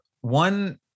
One